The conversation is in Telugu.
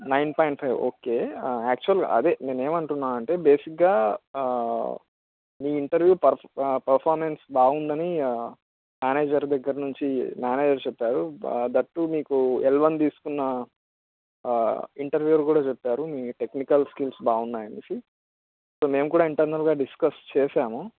nine point five okay actual అదే నేనేమంటున్నానంటే బేసిక్గా మీ ఇంటర్వ్యూ పర్ఫ్ పర్ఫామెన్స్ బాగుందని మేనేజర్ దగ్గర్నుంచి మేనేజర్ చెప్పారు థాట్ టు మీకు ఎల్ వన్ తీసుకున్న ఇంటర్వ్యూయర్ కూడా చెప్పారు మీ టెక్నికల్ స్కిల్స్ బాగున్నాయనేసి మేము కూడా ఇంటర్నల్గా డిస్కస్ చేశాము